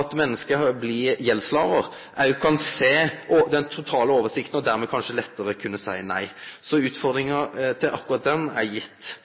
at menneske blir gjeldsslavar – òg kan ha den totale oversikten, og dermed kanskje lettare vil kunne seie nei. Så utfordringa til akkurat dette er gitt.